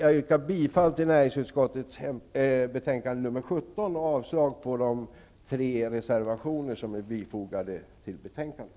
Jag yrkar bifall till hemställan i näringsutskottets betänkande nr 17 och avslag på de tre reservationer som är fogade till betänkandet.